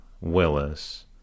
Willis